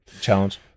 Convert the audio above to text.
Challenge